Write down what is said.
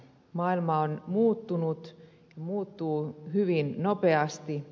maailma on muuttunut ja muuttuu hyvin nopeasti